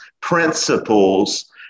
principles